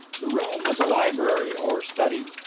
the room was a library or study.